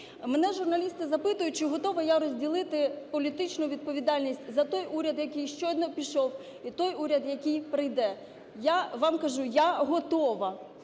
Мене журналісти запитують, чи готова я розділити політичну відповідальність за той уряд, який щойно пішов і той уряд, який прийде? Я вам кажу, я готова.